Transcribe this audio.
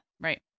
Right